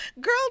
girl